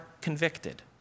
convicted